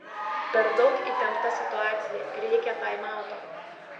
per daug įtempta situacija reikia taimauto